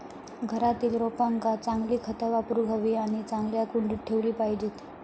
घरातील रोपांका चांगली खता वापरूक हवी आणि चांगल्या कुंडीत ठेवली पाहिजेत